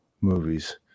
movies